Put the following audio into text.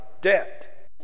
debt